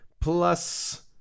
plus